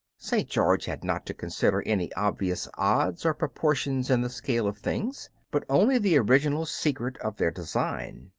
st. george had not to consider any obvious odds or proportions in the scale of things, but only the original secret of their design.